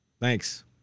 Thanks